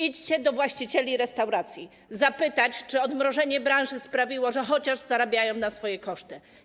Idźcie do właścicieli restauracji zapytać, czy odmrożenie branży sprawiło, że chociaż zarabiają na swoje koszty.